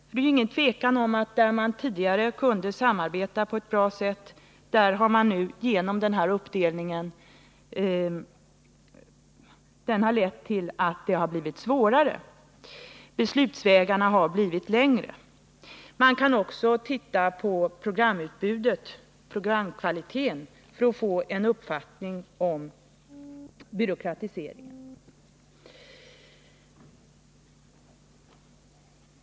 Det råder ju inget tvivel om att där man tidigare kunde samarbeta på ett bra sätt har nu denna uppdelning lett till att det blivit svårare. Beslutsvägarna har blivit längre. Vi kan också se på programutbudet, programkvaliteten, för att få en uppfattning om byråkratiseringen.